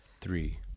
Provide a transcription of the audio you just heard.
Three